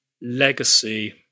legacy